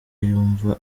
yumva